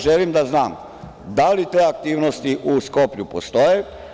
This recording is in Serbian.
Želim da znam da li te aktivnosti u Skoplju postoje?